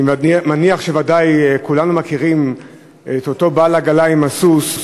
אני מניח שכולנו מכירים את אותו בעל עגלה עם הסוס,